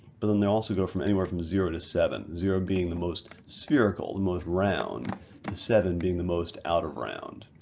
but then they also go from anywhere from zero to seven. zero being the most spherical the most round the seven being the most out of round.